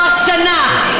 פארק תנ"ך,